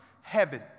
heaven